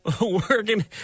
Working